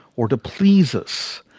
or to please us.